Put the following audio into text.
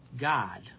God